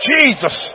Jesus